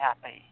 happy